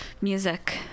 music